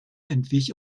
entwich